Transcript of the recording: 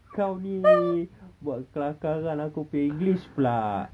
kau ni buat kelakarkan english aku pula